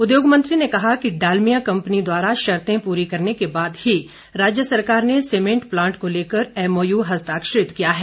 उद्योग मंत्री ने कहा कि डालमिया कम्पनी द्वारा शर्ते पूरी करने के बाद ही राज्य सरकार ने सीमेंट प्लांट को लेकर एमओयू हस्ताक्षरित किया है